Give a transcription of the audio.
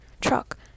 truck